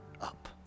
up